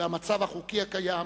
והמצב החוקי הקיים